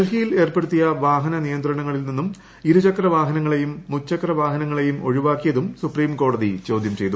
ഡൽഹിയിൽ ഏർപ്പെടുത്തിയ വാഹന നിയന്ത്രണങ്ങളിൽ നിന്ന് ഇരു ചക്രവാഹനങ്ങളേയും മുച്ചക്രവാഹനങ്ങളേയും ഒഴിവാക്കിയതും സുപ്രീംകോടതി ചോദ്യം ചെയ്തു